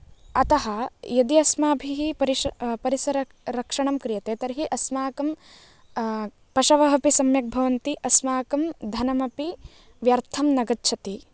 अतः यदि अस्माभिः परिश परिसररक्षणं क्रियते तर्हि अस्माकं पशवः अपि सम्यक् भवन्ति अस्माकं धनमपि व्यर्थं न गच्छति